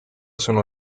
sono